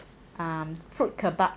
um fruit kebab